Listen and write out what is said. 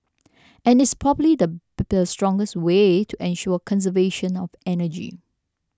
and it's probably the strongest way to ensure conservation of energy